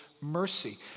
mercy